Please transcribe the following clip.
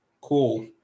cool